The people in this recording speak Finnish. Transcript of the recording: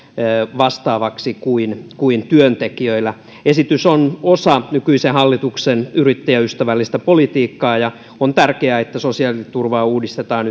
vastaavaksi kuin kuin työntekijöillä esitys on osa nykyisen hallituksen yrittäjäystävällistä politiikkaa ja on tärkeää että sosiaaliturvaa uudistetaan